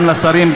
גם לשרים,